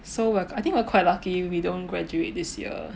so we're I think we are quite lucky we don't graduate this year